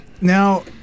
Now